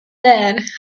that